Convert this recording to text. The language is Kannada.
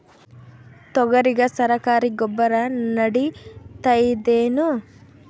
ತೊಗರಿಗ ಸರಕಾರಿ ಗೊಬ್ಬರ ನಡಿತೈದೇನು?